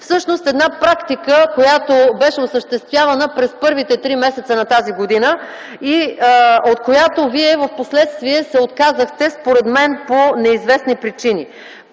Всъщност една практика, която беше осъществявана през първите три месеца на тази година и от която вие впоследствие се отказахте, според мен, по неизвестни причини.